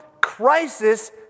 crisis